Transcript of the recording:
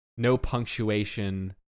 no-punctuation